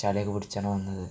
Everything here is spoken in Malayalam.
ചെളിയൊക്കെ പിടിച്ചാണ് വന്നത്